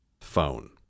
phone